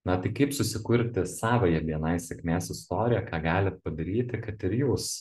na tai kaip susikurti savąją bni sėkmės istoriją ką galit padaryti kad ir jūs